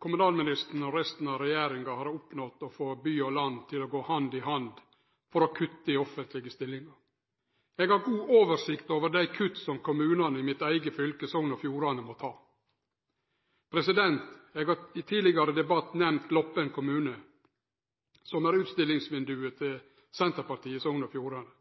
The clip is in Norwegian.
kommunalministeren og resten av regjeringa har oppnådd å få by og land til å gå hand i hand for å kutte i offentlege stillingar. Eg har god oversikt over dei kutta som kommunane i mitt eige fylke, Sogn og Fjordane, må ta. Eg har i tidlegare debattar nemnt Gloppen kommune, som er utstillingsvindauget til Senterpartiet i Sogn og Fjordane.